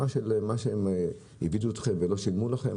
מה שהם העבידו אתכם ולא שילמו לכם,